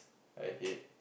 I hate